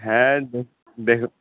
হ্যাঁ দেখ দেখ